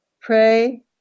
Pray